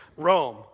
Rome